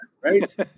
right